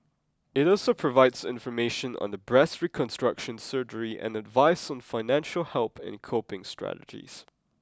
it also provides information on the breast reconstruction surgery and advice on financial help and coping strategies